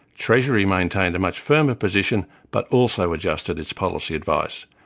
treasury maintained a much firmer position but also adjusted its policy advice.